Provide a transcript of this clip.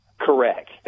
Correct